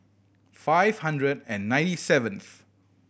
five hundred and ninety seventh